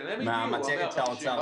מצגת האוצר.